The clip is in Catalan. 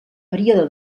període